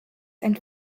and